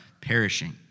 perishing